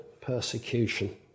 persecution